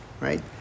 Right